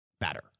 better